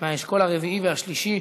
מהאשכול הרביעי לשלישי,